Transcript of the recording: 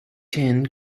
ten